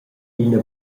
ina